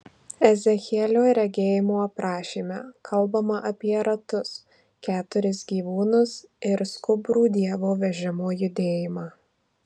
ezechielio regėjimo aprašyme kalbama apie ratus keturis gyvūnus ir skubrų dievo vežimo judėjimą